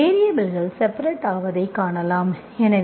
வேரியபல்கள் செபரெட் ஆவதை காணலாம்